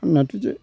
आंनाथ' जे